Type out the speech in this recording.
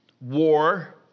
war